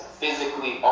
physically